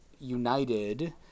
united